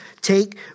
take